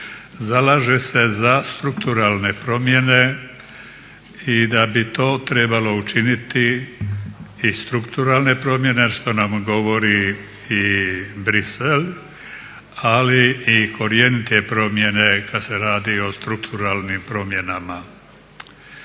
zalaže se za strukturalne promjene i da bi to trebalo učiniti, i strukturalne promjene a što nam govori i Bruxelles, ali i korjenite promjene kad se radi o strukturalnim promjenama.